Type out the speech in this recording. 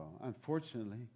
Unfortunately